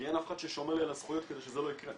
כי אין אף אחד ששומר לי על הזכויות כדי שזה לא יקרה.